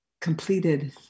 completed